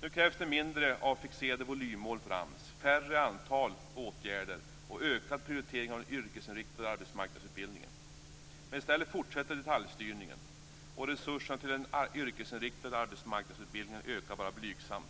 Nu krävs det mindre av fixerade volymmål för stället fortsätter detaljstyrningen, och resurserna till den yrkesinriktade arbetsmarknadsutbildningen ökar bara blygsamt.